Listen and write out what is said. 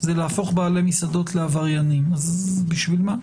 זה להפוך בעלי מסעדות לעבריינים, אז בשביל מה?